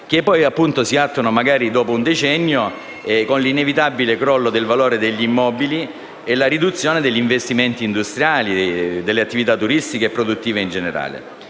che poi si attuano magari dopo un decennio, con l'inevitabile crollo del valore degli immobili e la riduzione degli investimenti industriali e delle attività turistiche e produttive in generale.